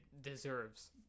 deserves